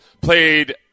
played